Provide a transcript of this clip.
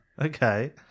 Okay